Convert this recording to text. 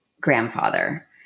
grandfather